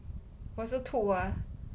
我是吐 ah